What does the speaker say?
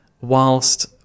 whilst